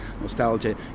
nostalgia